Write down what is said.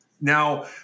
Now